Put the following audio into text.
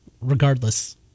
Regardless